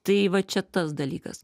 tai va čia tas dalykas